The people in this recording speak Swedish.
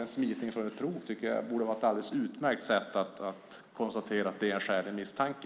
En smitning från ett prov tycker jag borde vara ett alldeles utmärkt sätt att konstatera att det är skälig misstanke.